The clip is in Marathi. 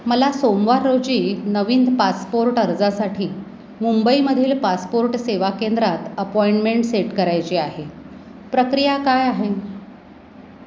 मला सोमवार रोजी नवीन पासपोर्ट अर्जासाठी मुंबईमधील पासपोर्ट सेवा केंद्रात अपॉइंटमेंट सेट करायची आहे प्रक्रिया काय आहे